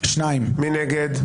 מי נגד?